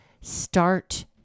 start